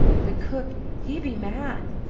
the cook, he be mad.